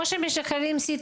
בדומה ל-CT